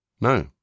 No